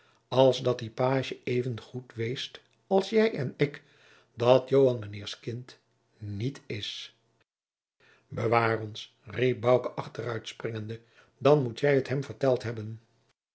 als dat die pagie even zoo goed wist als jij en ik dat joan mijnheers kind niet is bewaar ons riep bouke achteruit springende dan moet jij het hem verteld hebben